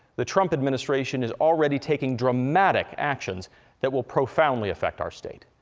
the trump administration is already taking dramatic actions that will profoundly affect our state